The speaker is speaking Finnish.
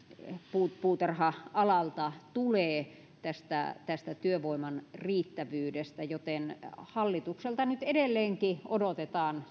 puutarha alalta tulee tästä tästä työvoiman riittävyydestä joten hallitukselta nyt edelleenkin odotetaan